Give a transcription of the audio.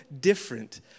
different